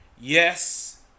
Yes